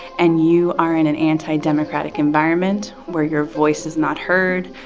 and you are in an anti democratic environment where your voice is not heard,